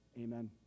amen